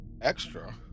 Extra